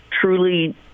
truly